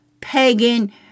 pagan